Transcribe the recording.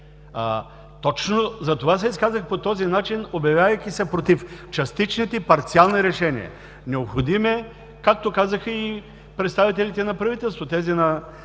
Точно затова се изказах по този начин, обявявайки се против частичните парцелни решения. Необходим е, както казаха и представителите на правителството, тези на